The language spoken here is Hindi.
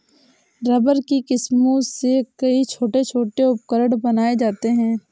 रबर की किस्मों से कई छोटे छोटे उपकरण बनाये जाते हैं